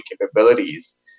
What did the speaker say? capabilities